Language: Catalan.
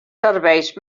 serveis